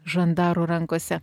žandarų rankose